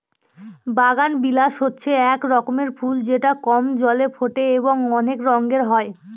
বাগানবিলাস হচ্ছে এক রকমের ফুল যেটা কম জলে ফোটে এবং অনেক রঙের হয়